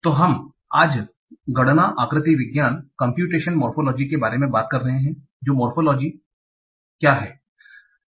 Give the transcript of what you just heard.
तो हम आज गणना आकृति विज्ञान के बारे में बात कर रहे हैं तो मोरफोलोजी morphology आकृति विज्ञान क्या है